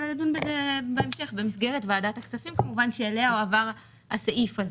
אלא לדון בזה בהמשך במסגרת ועדת הכספים כמובן שאליה הועבר הסעיף הזה,